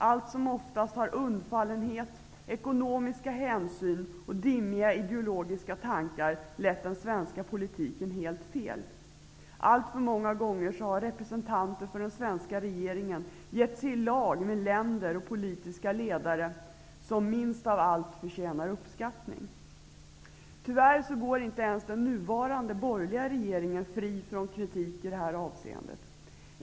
Allt som oftast har undfallenhet, ekonomiska hänsyn och dimmiga ideologiska tankar lett den svenska politiken helt fel. Alltför många gånger har representanter för den svenska regeringen gett sig i lag med länder och politiska ledare som minst av allt förtjänar uppskattning. Tyvärr går inte ens den nuvarande borgerliga regeringen fri från kritik i det här avseendet.